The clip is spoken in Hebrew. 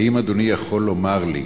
האם אדוני יכול לומר לי